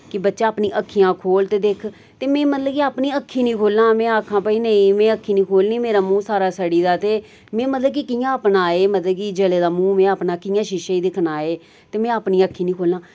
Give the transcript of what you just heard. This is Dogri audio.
कि बच्चा अपनी अक्खियां खोल ते दिक्ख ते मैं मतलब कि अपनी अक्खीं नि खोलां मैं आक्खां भई नेईं मैं अक्खीं नि खोलनी मेरा मूंह सारा सड़ी दा ते मैं मतलब कि कियां अपना एह् मतलब कि जले दा मूंह मैं अपना कियां शीशे च दिक्खना ऐ ते मैं अपनी अक्खीं नि खोलां